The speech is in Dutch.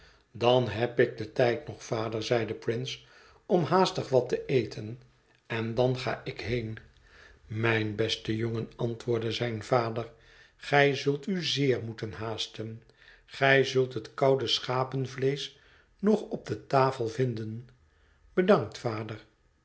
dan heb ik den tijd nog vader zeide prince om haastig wat te eten en dan ga ik heen mijn beste jongen antwoordde zijn vader gij zult u zeer moeten haasten gij zult het koude schapenvleesch nog op de tafel vinden bedankt vader